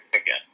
again